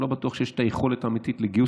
אני לא בטוח שיש את היכולת האמיתית לגיוס